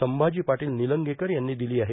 संभाजी पाटील निलंगेकर यांनी दिली आहे